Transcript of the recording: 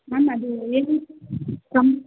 ma'am ಅದು ಏನು some